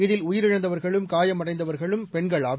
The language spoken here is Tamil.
இதில் உயிரிழந்தவர்களும் காயமஃடந்தவர்களும் பெண்கள் ஆவர்